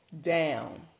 down